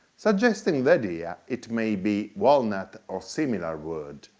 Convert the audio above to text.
suggesting the idea it may be walnut or similar wood.